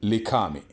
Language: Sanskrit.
लिखामि